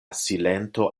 silento